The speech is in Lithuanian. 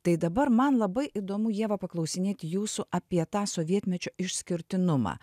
tai dabar man labai įdomu ieva paklausinėti jūsų apie tą sovietmečio išskirtinumą